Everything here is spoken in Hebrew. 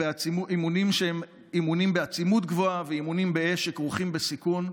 אימונים שהם אימונים בעצימות גבוהה ואימונים באש שכרוכים בסיכון,